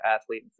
athlete